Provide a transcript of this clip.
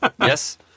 Yes